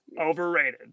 overrated